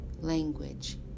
language